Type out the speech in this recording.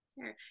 Sure